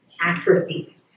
atrophy